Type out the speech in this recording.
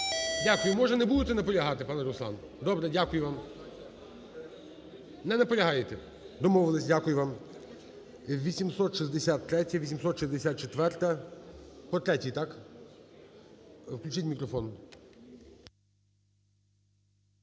Дякую. Може не будете наполягати, пане Руслан? Добре. Дякую вам. Не наполягаєте? Домовились. Дякую вам. 863-я. 864-а. По 3-й, так? Включіть мікрофон.